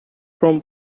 from